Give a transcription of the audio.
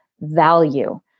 value